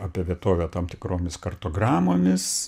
apie vietovę tam tikromis kartogramomis